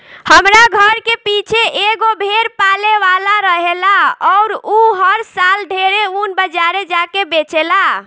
हमरा घर के पीछे एगो भेड़ पाले वाला रहेला अउर उ हर साल ढेरे ऊन बाजारे जा के बेचेला